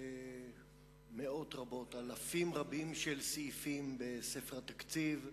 מאות רבות, אלפים רבים של סעיפים בספר התקציב,